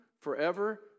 forever